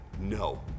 No